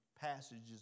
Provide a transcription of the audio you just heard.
passages